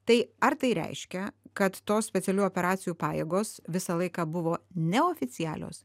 tai ar tai reiškia kad tos specialiųjų operacijų pajėgos visą laiką buvo neoficialios